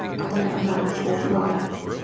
i met a man called mike.